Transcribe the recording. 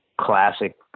classic